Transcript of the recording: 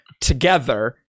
together